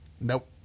Nope